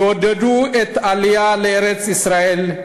יעודדו את העלייה לארץ-ישראל,